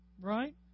Right